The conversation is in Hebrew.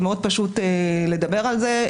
זה מאוד פשוט לדבר על זה,